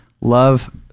love